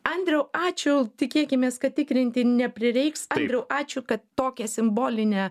andriau ačiū tikėkimės kad tikrinti neprireiks andriau ačiū kad tokią simbolinę